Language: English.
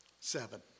seven